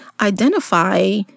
identify